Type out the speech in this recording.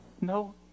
No